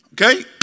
Okay